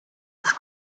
des